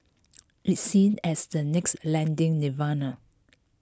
it's seen as the next lending nirvana